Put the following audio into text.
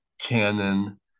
Canon